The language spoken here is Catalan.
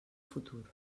futur